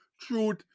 truth